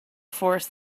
force